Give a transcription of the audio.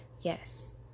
Yes